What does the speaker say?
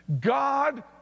God